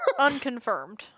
unconfirmed